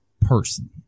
person